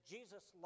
Jesus